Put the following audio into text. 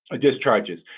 discharges